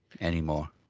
anymore